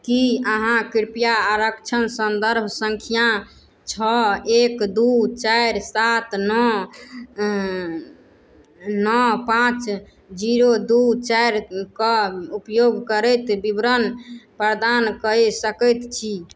की अहाँ कृपया आरक्षण सन्दर्भ सङ्ख्या छओ एक दू चारि सात नओ नओ पाँच जीरो दू चारि कऽ उपयोग करैत विवरण प्रदान कै सकैत छी